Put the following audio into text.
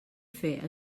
fer